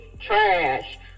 trash